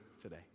today